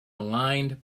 aligned